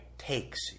takes